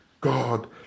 God